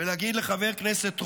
-- ולהגיד לחבר הכנסת רוט,